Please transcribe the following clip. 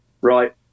right